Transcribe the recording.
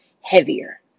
heavier